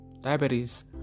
diabetes